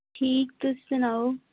ठीक तुस सनाओ